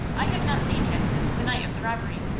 i have not seen him since the night of the robbery.